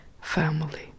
Family